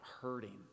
hurting